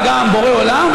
וגם בורא עולם,